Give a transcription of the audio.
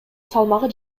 салмагы